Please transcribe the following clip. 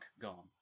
gone